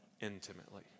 intimately